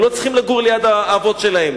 הם לא צריכים לגור ליד האבות שלהם,